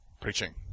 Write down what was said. Preaching